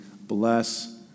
Bless